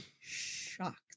shocked